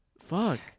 fuck